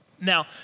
Now